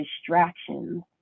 distractions